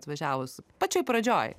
atvažiavus pačioj pradžioj